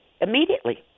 immediately